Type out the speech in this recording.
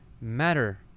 matter